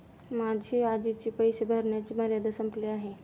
माझी आजची पैसे भरण्याची मर्यादा संपली आहे